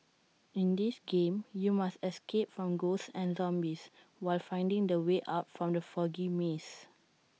in this game you must escape from ghosts and zombies while finding the way out from the foggy maze